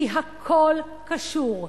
כי הכול קשור.